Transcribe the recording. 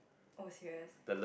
oh serious